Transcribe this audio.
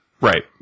Right